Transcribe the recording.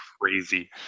crazy